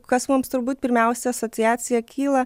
kas mums turbūt pirmiausia asociacija kyla